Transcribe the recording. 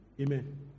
amen